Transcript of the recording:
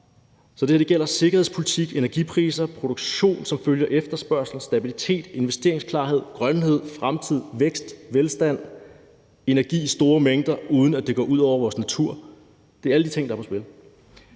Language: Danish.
Så det her gælder sikkerhedspolitik, energipriser, produktion, som følger efterspørgsel, stabilitet, investeringsparathed, det grønne, fremtid, vækst, velstand og energi i store mængder, uden at det går ud over vores natur. Det er alle de ting, der er på spil.